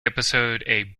episode